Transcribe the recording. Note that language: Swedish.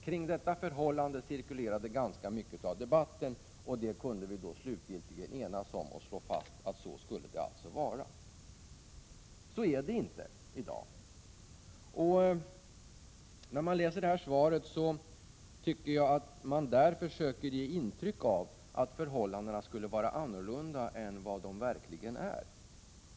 Kring detta förhållande cirkulerade ganska mycket av debatten, och vi kunde slutligen enas om och slå fast att det skulle vara på detta sätt. Så är det inte i dag. När jag läser svaret tycker jag mig finna att utbildningsministern försöker ge intryck av att förhållandena skulle vara annorlunda än de verkligen är.